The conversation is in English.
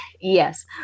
Yes